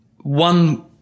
One